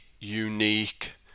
unique